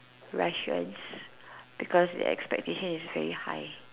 Russians because their expectation is very high